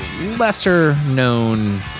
lesser-known